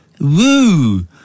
Woo